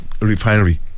refinery